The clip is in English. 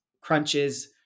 crunches